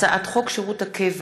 הצעת חוק שירות הקבע